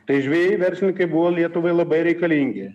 tai žvejai verslininkai buvo lietuvai labai reikalingi